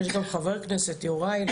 יש גם חבר כנסת יוראי,